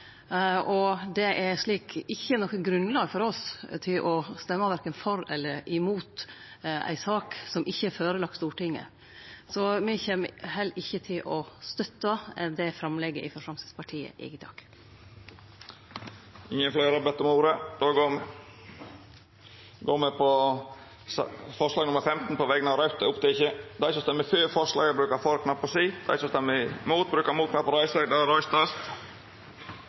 og det er slik sett ikkje noko grunnlag for oss til å stemme verken for eller imot ei sak som ikkje er lagd fram for Stortinget. Så me kjem heller ikkje til å støtte det forslaget frå Framstegspartiet i dag. Fleire har ikkje bedt om ordet til røysteforklaring. Det vert votert over forslag nr. 15, frå Raudt. Forslaget lyder: «Stortinget ber regjeringen innlede forhandlinger med leverandør av kampflyet F-35 for å stanse innkjøp av kampfly som